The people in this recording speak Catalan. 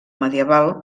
medieval